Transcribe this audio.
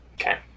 Okay